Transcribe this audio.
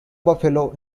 buffalo